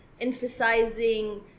emphasizing